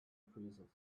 prisons